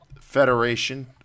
Federation